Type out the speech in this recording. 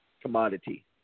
commodity